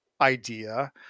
idea